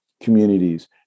communities